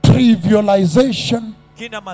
Trivialization